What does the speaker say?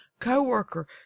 co-worker